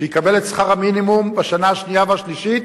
שיקבל את שכר המינימום בשנה השנייה והשלישית.